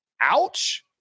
Ouch